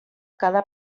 cada